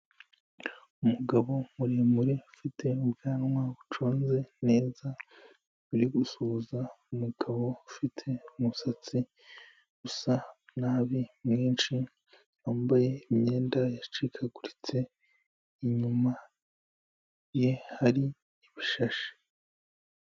Umugabo muremure ufite ubwanwa buconze neza, uri gusuhuza umugabo ufite umusatsi usa nabi mwinshi, wambaye imyenda yacikaguritse, inyuma ye hari ibishashi.